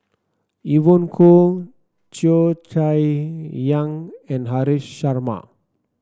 Evon Kow Cheo Chai Hiang and Haresh Sharma